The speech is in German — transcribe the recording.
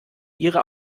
ihre